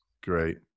Great